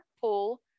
pool